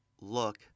look